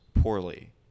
poorly